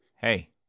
hey